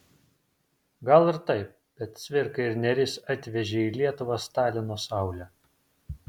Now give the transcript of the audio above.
gal ir taip bet cvirka ir nėris atvežė į lietuvą stalino saulę